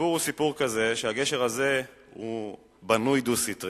הסיפור הוא, שהגשר הזה בנוי כדו-סטרי